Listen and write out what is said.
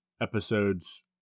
episodes